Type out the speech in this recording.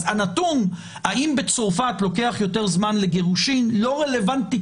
אז הנתון אם בצרפת לוקח יותר זמן לגירושין לא רלוונטי